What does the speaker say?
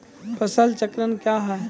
फसल चक्रण कया हैं?